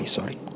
Sorry